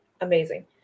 amazing